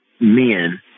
men